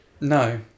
No